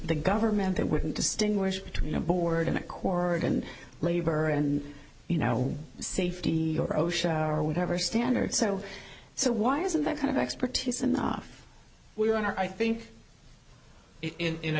the government they wouldn't distinguish between a board and a corrigan labor and you know safety or osha are whatever standards so so why isn't that kind of expertise enough we're on our i think in